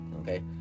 okay